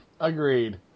Agreed